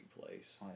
place